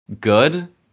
good